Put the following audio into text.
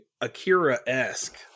Akira-esque